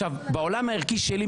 בעולם הערכי שלי,